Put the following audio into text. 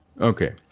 Okay